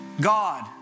God